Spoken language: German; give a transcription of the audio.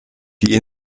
die